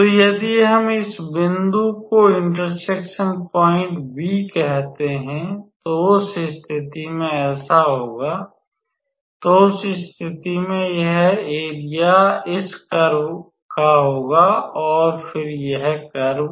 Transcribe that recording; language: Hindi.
तो यदि हम इस बिंदु को इंटरसेक्शन पॉइंट B कहते हैं तो उस स्थिति में ऐसा होगा तो उस स्थिति में यह एरिया इस कर्व का होगा और फिर यह कर्व